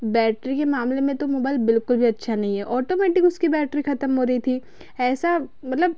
battery के मामले में तो मोबाईल बिल्कुल भी अच्छा नी है ऑटोमैटिक उसकी बैटरी खत्म हो रही थी ऐसा मतलब